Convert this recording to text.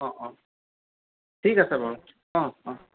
অঁ অঁ ঠিক আছে বাৰু অঁ অঁ